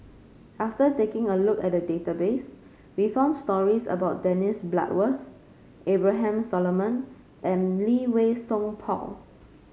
after taking a look at the database we found stories about Dennis Bloodworth Abraham Solomon and Lee Wei Song Paul